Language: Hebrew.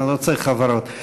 לא צריך הבהרות.